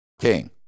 King